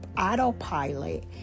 autopilot